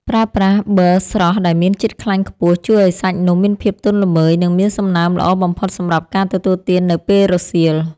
ប្រើប្រាស់ប៊ឺស្រស់ដែលមានជាតិខ្លាញ់ខ្ពស់ជួយឱ្យសាច់នំមានភាពទន់ល្មើយ និងមានសំណើមល្អបំផុតសម្រាប់ការទទួលទាននៅពេលរសៀល។